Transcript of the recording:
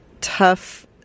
tough